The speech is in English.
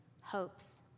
hopes